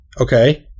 Okay